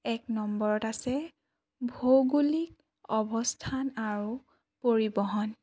এক নম্বৰত আছে ভৌগোলিক অৱস্থান আৰু পৰিবহণ